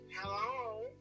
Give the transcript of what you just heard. Hello